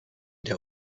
der